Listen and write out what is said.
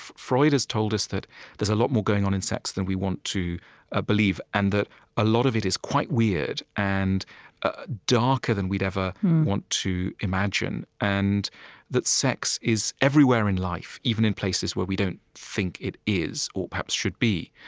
freud has told us that there's a lot more going on in sex than we want to ah believe, and that a lot of it is quite weird and ah darker than we'd ever want to imagine, and that sex is everywhere in life, even in places where we don't think it is or perhaps should be